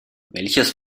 welches